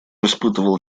испытывал